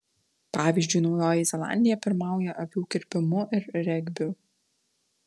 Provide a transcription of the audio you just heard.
pavyzdžiui naujoji zelandija pirmauja avių kirpimu ir regbiu